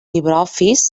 libreoffice